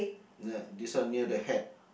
ne~ this one near the hat